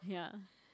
ya